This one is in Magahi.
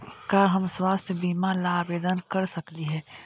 का हम स्वास्थ्य बीमा ला आवेदन कर सकली हे?